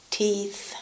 teeth